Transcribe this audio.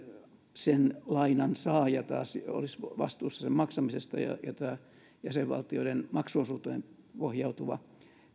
sen lainan saaja taas olisi vastuussa sen maksamisesta ja tämä jäsenvaltioiden maksuosuuteen pohjautuva